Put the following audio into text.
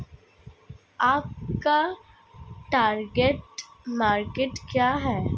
आपका target market क्या है?